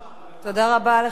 כבוד השר מיכאל איתן,